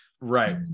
Right